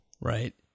right